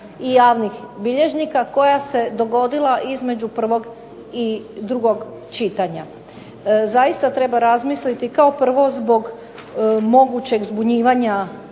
i javnih bilježnika koja se dogodila između prvog i drugog čitanja. Zaista treba razmisliti kao prvo zbog mogućeg zbunjivanja